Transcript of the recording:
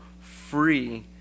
free